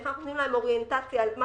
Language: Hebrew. איך אנחנו נותנים להם אוריינטציה על מה